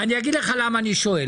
משה, אני אגיד לך למה אני שואל.